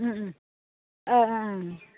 ओं ओं